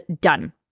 Done